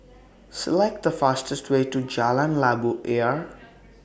Select The fastest Way to Jalan Labu Ayer